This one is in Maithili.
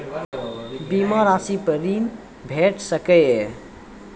बीमा रासि पर ॠण भेट सकै ये?